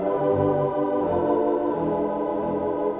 or